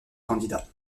candidats